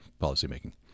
policymaking